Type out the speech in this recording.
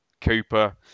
Cooper